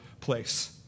place